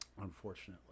unfortunately